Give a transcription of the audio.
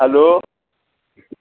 hello